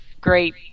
great